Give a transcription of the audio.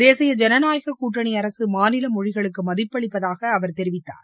தேசிய ஜனநாயக கூட்டணி அரசு மாநில மொழிகளுக்கு மதிப்பளிப்பதாக அவர் தெரிவித்தார்